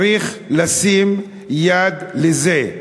צריך לשים יד על זה.